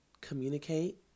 communicate